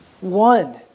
One